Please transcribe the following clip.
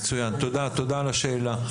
תודה על השאלה.